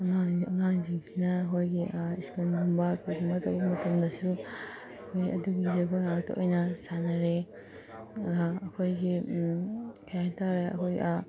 ꯑꯗꯨꯅ ꯑꯉꯥꯡꯁꯤꯡꯁꯤꯅ ꯑꯩꯈꯣꯏꯒꯤ ꯁ꯭ꯀꯨꯜꯒꯨꯝꯕ ꯀꯩꯒꯨꯝꯕ ꯇꯧꯕ ꯃꯇꯝꯗꯁꯨ ꯃꯣꯏ ꯑꯗꯨꯒꯤ ꯖꯒꯣꯏ ꯉꯥꯛꯇ ꯑꯣꯏꯅ ꯁꯥꯅꯔꯦ ꯉꯥꯏꯍꯥꯛ ꯑꯩꯈꯣꯏꯒꯤ ꯀꯔꯤ ꯍꯥꯏꯇꯔꯦ ꯑꯩꯈꯣꯏ